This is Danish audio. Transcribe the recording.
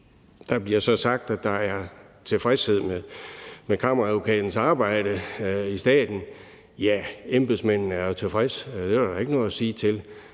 Der bliver så sagt, at der er tilfredshed med Kammeradvokatens arbejde i staten. Ja, embedsmændene er jo tilfredse. Det er der ikke noget at sige til,